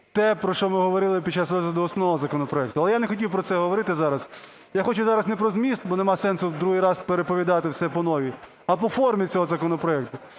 те, про що ми говорили під час розгляду основного законопроекту. Але я не хотів про це говорити зараз, я хочу зараз не про зміст, бо нема сенсу другий раз переповідати все по-новій, а по формі цього законопроекту.